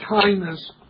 kindness